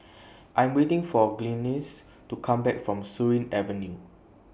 I'm waiting For Glynis to Come Back from Surin Avenue